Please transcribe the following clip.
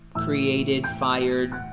created fired,